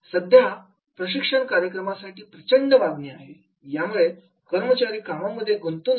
सध्या प्रशिक्षण कार्यक्रमांसाठी प्रचंड मागणी आहे यामुळे कर्मचारी कामांमध्ये गुंतुन राहतील